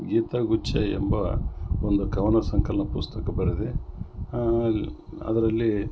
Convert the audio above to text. ಗೀತಗುಚ್ಛ ಎಂಬ ಒಂದು ಕವನ ಸಂಕಲನ ಪುಸ್ತಕ ಬರೆದೆ ಅದರಲ್ಲಿ